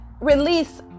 release